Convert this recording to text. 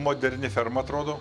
moderni ferma atrodo